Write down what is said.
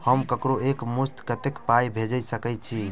हम ककरो एक मुस्त कत्तेक पाई भेजि सकय छी?